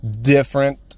different